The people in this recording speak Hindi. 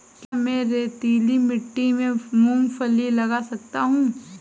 क्या मैं रेतीली मिट्टी में मूँगफली लगा सकता हूँ?